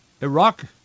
Iraq